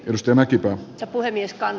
jos tämä kipeä pue vieskan